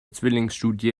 zwillingsstudie